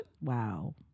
Wow